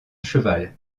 cheval